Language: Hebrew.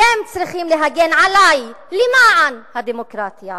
אתם צריכים להגן עלי למען הדמוקרטיה.